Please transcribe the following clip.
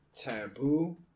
Taboo